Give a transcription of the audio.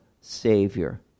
Savior